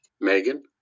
Megan